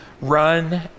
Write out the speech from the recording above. Run